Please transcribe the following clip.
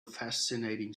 fascinating